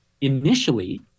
initially